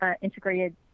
integrated